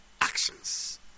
Actions